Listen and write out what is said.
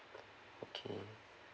okay